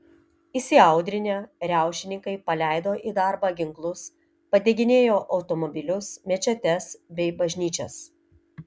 įsiaudrinę riaušininkai paleido į darbą ginklus padeginėjo automobilius mečetes bei bažnyčias